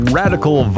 radical